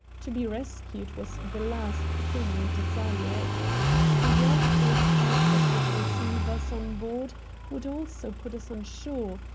to be rescued was the last thing we desired. the yacht or tug that would receive us on board would also put us on shore,